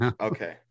Okay